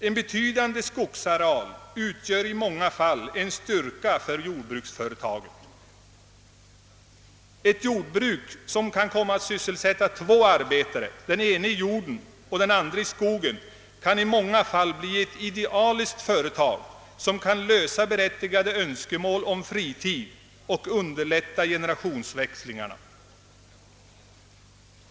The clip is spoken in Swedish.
En betydande skogsareal utgör i många fall en styrka för jordbruksföretaget. Ett jordbruk som kan sysselsätta två arbetare, en i jorden och en i skogen, kan i många fall bli ett idealiskt företag som kan uppfylla berättigade önskemål om fritid och underlätta generationsväxlingarna.